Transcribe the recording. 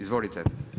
Izvolite.